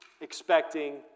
expecting